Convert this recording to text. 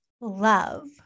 love